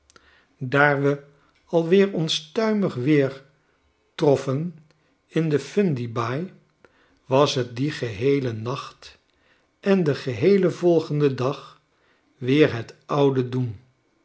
daar we alweer onstuimig weer troffen in de fundy baai was het dien geheelen nacht en den geheelen volgenden dag weer het oude doen